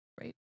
right